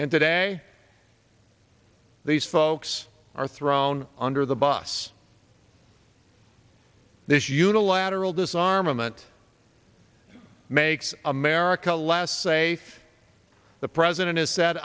and today these folks are thrown under the bus this unilateral disarmament makes america last say the president